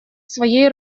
своей